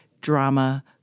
Drama